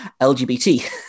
LGBT